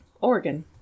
Oregon